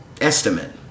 estimate